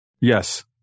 Yes